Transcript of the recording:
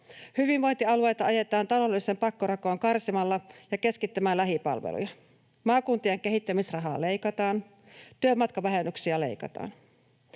Hyvinvointialueet ajetaan taloudelliseen pakkorakoon karsimalla ja keskittämällä lähipalveluja. Maakuntien kehittämisrahaa leikataan, työmatkavähennyksiä leikataan.